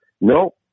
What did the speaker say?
No